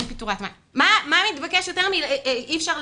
ועל כן אנחנו